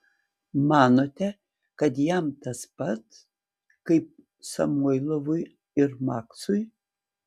manote kad jam tas pat kaip samoilovui ir maksui